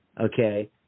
okay